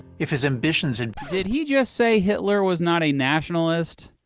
if his ambitions and did he just say hitler was not a nationalist?